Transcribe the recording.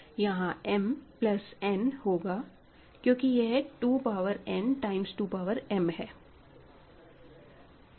यहां m plus n होगा क्योंकि यह 2 power n times 2 power m है